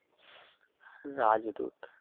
राजदूत